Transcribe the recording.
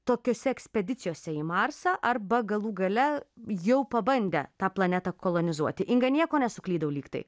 tokiose ekspedicijose į marsą arba galų gale jau pabandę tą planetą kolonizuoti inga nieko nesuklydau lyg tai